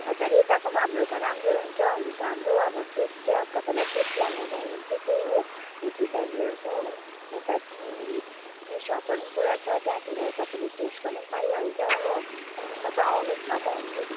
हजुर यताको पनि हाम्रो त राम्रै हुन्छ हुनु त हाम्रो बेस्ट चाहिँ अब तपाईँलाई बेस्ट लानु भयो भने चाहिँ त्यही हो ह्याप्पी भ्यालीहरूको यता टी सपहरू पनि पुरा छ त्यहाँतिर तपाईँले टेस्ट गर्नु पनि पाइहाल्छ हो तपाईँ आउनुहोस् न म